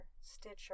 Stitcher